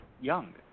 Young